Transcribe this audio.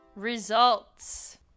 results